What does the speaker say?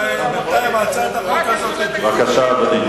בינתיים הצעת החוק הזאת על ביוב.